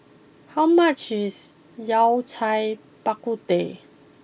how much is Yao Cai Bak Kut Teh